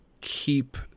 keep